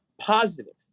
positive